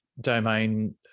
domain